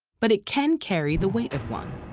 but it can carry the weight of one.